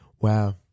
Wow